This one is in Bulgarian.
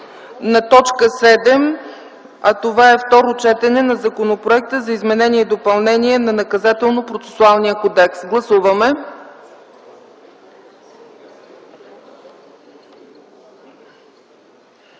на т. 7, а това е второ четене на Законопроекта за изменение и допълнение на Наказателно- процесуалния кодекс. Гласували